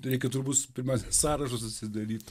reikia turbūt pirmiausia sąrašus atsidaryt